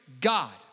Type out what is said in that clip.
God